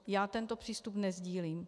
Já tento přístup nesdílím.